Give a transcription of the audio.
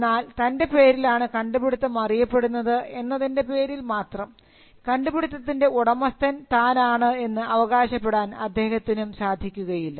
എന്നാൽ തൻറെ പേരിലണ് കണ്ടുപിടിത്തം അറിയപ്പെടുന്നത് എന്നതിൻറെ പേരിൽ മാത്രം കണ്ടുപിടിത്തത്തിൻറെ ഉടമസ്ഥൻ താനാണ് എന്ന് അവകാശപ്പെടാൻ അദ്ദേഹത്തിനും സാധിക്കുകയില്ല